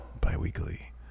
Biweekly